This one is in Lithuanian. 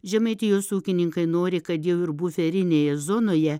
žemaitijos ūkininkai nori kad jau ir buferinėje zonoje